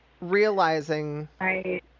realizing